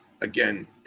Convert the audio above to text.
again